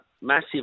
massive